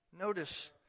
Notice